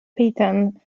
peyton